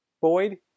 Boyd